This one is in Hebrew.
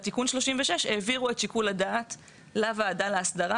בתיקון 36 העבירו את שיקול הדעת לוועדה לאסדרה,